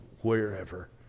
wherever